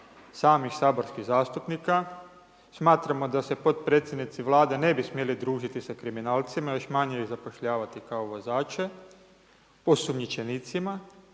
samih saborskih zastupnika, smatramo da se podpredsjednici Vlade ne bi smjeli družiti sa kriminalcima i još manje ih zapošljavati kao vozače, osumnjičenicima